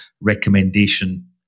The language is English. recommendation